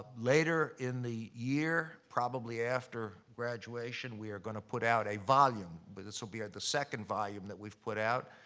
later in the year, probably after graduation, we are gonna put out a volume. but this will be the second volume that we've put out.